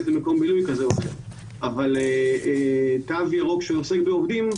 למקום בילוי כזה או אחר אבל תו ירוק שעוסק בעובדים,